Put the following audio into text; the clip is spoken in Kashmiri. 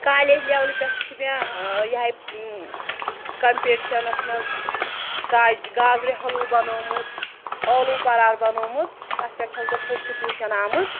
کالیج لٮ۪ولہِ پٮ۪ٹھ چھِ مےٚ یِہٕے کَمپیٹشَنَس منٛز گا گازِرِ حلوٕ بَنومُت ٲلوٕ پَراٹھ بَنومُت تَتھ پؠٹھ چھَس بہٕ فٔسٹ پُزِشَن آمٕژ